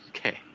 Okay